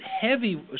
heavy